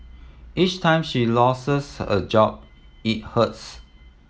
each time she loses a job it hurts